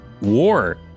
War